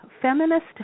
Feminist